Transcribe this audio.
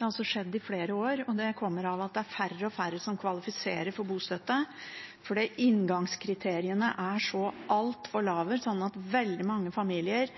Det har skjedd i flere år, og det kommer av at det er færre og færre som kvalifiserer for bostøtte. Det er fordi inngangskriteriene er så altfor lave, slik at veldig mange familier